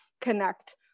connect